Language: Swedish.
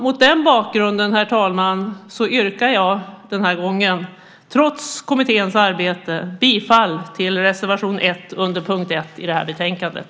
Mot den bakgrunden, herr talman, yrkar jag den här gången, trots kommitténs arbete, bifall till reservation 1 under punkt 1 i betänkandet.